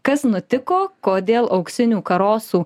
kas nutiko kodėl auksinių karosų